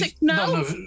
no